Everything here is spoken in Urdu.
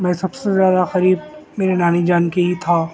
میں سب سے زیادہ قریب میری نانی جان کے ہی تھا